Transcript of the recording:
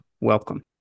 welcome